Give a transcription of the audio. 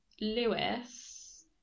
Lewis